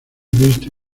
visto